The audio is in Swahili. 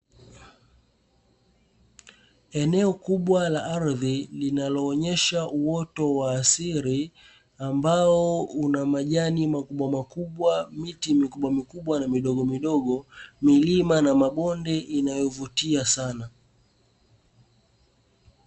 Eneo kubwa la ardhi linaloonesha uoto wa asili ambao, una majani makubwamakubwa, miti mikubwamikubwa na midogomidogo, milima na mabonde inayovutia sana.